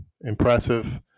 Impressive